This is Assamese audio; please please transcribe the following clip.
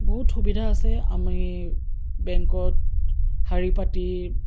বহুত সুবিধা আছে আমি বেংকত শাৰী পাতি